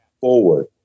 forward